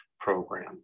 program